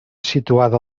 situada